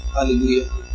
Hallelujah